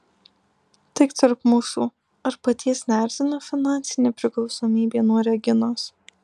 tik tarp mūsų ar paties neerzina finansinė priklausomybė nuo reginos